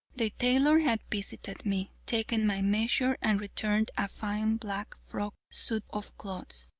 the tailor had visited me, taken my measure, and returned a fine black frock suit of clothes.